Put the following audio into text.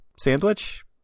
sandwich